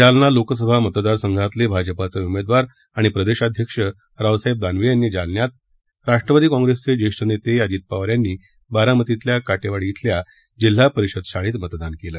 जालना लोकसभा मतदारसंघातले भाजपाचे उमेदवार आणि प्रदेशाध्यक्ष रावसाहेब दानवे यांनी जालन्यात राष्ट्रवादी कॉंग्रेसचे ज्येष्ठ नेते अजित पवार यांनी बारामतीतल्या काटेवाडी छिल्या जिल्हा परिषद शाळेत मतदान केलं